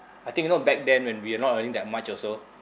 I think you know back then when we are not earning that much also